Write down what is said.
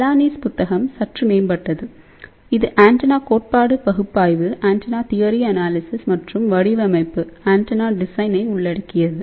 பாலானிஸ் புத்தகம் சற்று மேம்பட்டது இது ஆண்டெனா கோட்பாடு பகுப்பாய்வு மற்றும் வடிவமைப்பை உள்ளடக்கியது